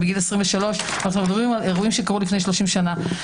לגיל 23. אנחנו מדברים על אירועים שקרו לפני שלושים שנה.